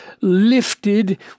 lifted